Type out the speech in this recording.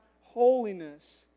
holiness